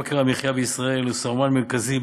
יוקר המחיה בישראל הוא סמן מרכזי,